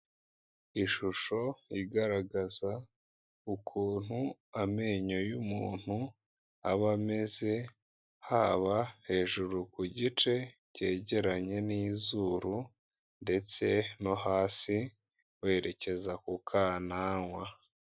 Ishusho igaragaza ukuntu amenyo y'umuntu aba ameze, haba hejuru ku gice cyegeranye n'izuru ndetse no hasi werekeza ku kananwa.